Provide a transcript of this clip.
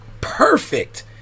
perfect